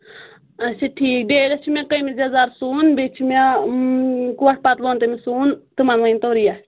اچھا ٹھیٖک ڈیڑیس چھ مےٚ کمیٖز یزار سُوُن بیٚیہِ چھ مےٚ کوٹ پتلون تٔمس سُوُن تِمن ؤنۍ تَو ریٹ